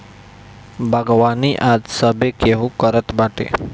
बागवानी आज सभे केहू करत बाटे